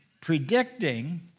predicting